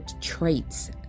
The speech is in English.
traits